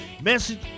Message